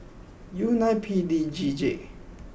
U nine P D G J